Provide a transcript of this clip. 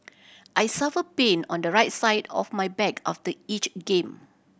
I suffer pain on the right side of my back after each game